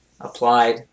applied